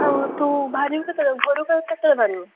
ଆଉ ତୁ ବାହାରିବୁ କେତେବେଳେ ଘରୁ କେତେବେଳେ ବାହାରିବୁ